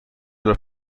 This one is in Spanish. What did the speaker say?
los